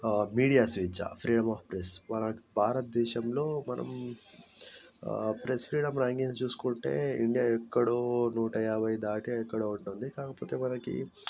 ఆ మీడియా స్వేచ్ఛ freedom of press భారతదేశంలో మనం ప్రెస్ ఫ్రీడమ్ ర్యాంకింగ్ చూసుకుంటే ఇండియా ఎక్కడో నూట యాభై దాటి ఎక్కడో ఉంటుంది కాకపోతే మనకి